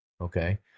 okay